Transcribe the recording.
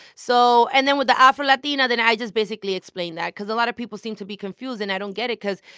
so and then with the afro-latina, then i just basically explained that cause a lot of people seem to be confused. and i don't get it cause.